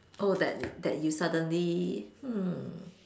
oh that that you suddenly hm